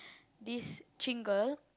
this Jing girl